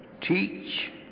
teach